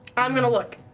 i'm gonna look.